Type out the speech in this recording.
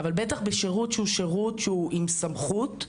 אבל בטח בשירות שהוא שירות עם סמכות.